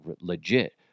legit